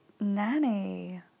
nanny